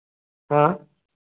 हाँ